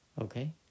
okay